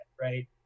right